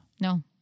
No